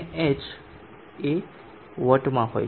h એ watt માં હોય છે